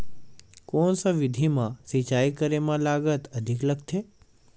कोन सा विधि म सिंचाई करे म लागत अधिक लगथे?